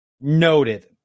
noted